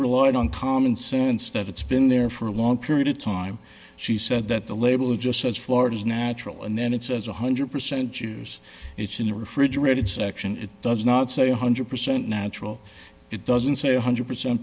relied on common sense that it's been there for a long period of time she said that the label just says florida's natural and then it says one hundred percent years it's in a refrigerated section it does not say one hundred percent natural it doesn't say one hundred percent